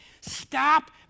stop